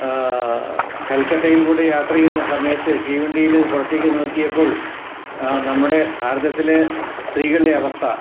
കല്ക്കട്ടയില് കൂടെ യാത്ര ചെയ്യുന്ന സമയത്ത് തീവണ്ടിയിൽ പുറത്തേക്ക് നോക്കിയപ്പോള് നമ്മുടെ ഭാരതത്തിലെ സ്ത്രീകളുടെ അവസ്ഥ